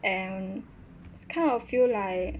and kind of feel like